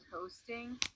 hosting